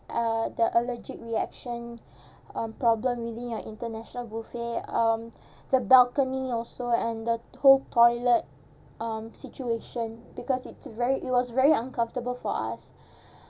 uh the allergic reaction um problem within your international buffet um the balcony also and the whole toilet um situation because it's very it was very uncomfortable for us